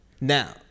Now